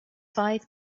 five